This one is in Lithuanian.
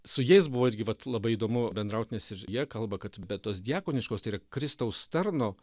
su jais buvo irgi vat labai įdomu bendraut nes ir jie kalba kad be tos diakoniškos tai yra kristaus tarno